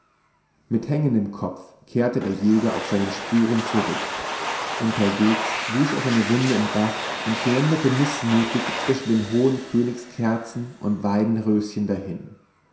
mit hängendem kopf kehrte der jäger auf seinen spuren zurück unterwegs wusch er seine wunde im bach und schlenderte mißmutig zwischen den hohen königskerzen und weidenröschen dahin